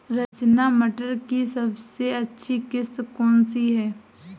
रचना मटर की सबसे अच्छी किश्त कौन सी है?